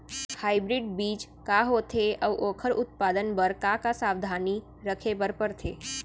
Hybrid बीज का होथे अऊ ओखर उत्पादन बर का का सावधानी रखे बर परथे?